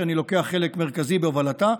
שאני לוקח חלק מרכזי בהובלתה,